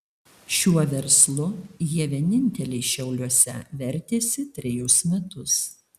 šiuo verslu jie vieninteliai šiauliuose vertėsi trejus metus